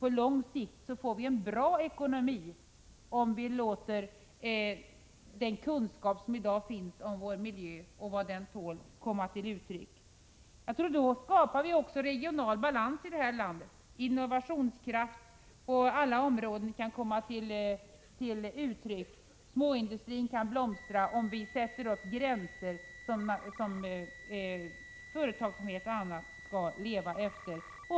På lång sikt förbättras ekonomin om den kunskap som i dag finns om miljön och vad den tål får komma till uttryck — då skapas det regional balans i detta land. Innovationskraft på alla områden kan komma till uttryck, och småindustrier kan blomstra om det sätts gränser för företagens och andras verksamhet.